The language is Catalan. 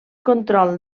control